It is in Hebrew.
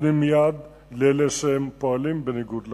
נותנים יד לאלה שפועלים בניגוד לחוק.